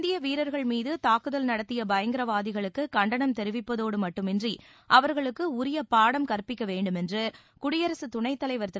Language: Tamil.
இந்திய வீரர்கள் மீது தாக்குதல் நடத்திய பயங்கரவாதிகளுக்கு கண்டனம் தெரிவிப்பதோடு மட்டுமின்றி அவர்களுக்கு உரிய பாடம் கற்பிக்க வேண்டுமென்று குடியரசு துணைத்தலைவர் திரு